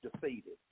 defeated